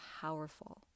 powerful